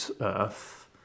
earth